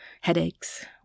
headaches